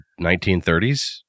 1930s